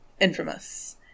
infamous